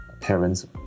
parents